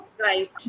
Right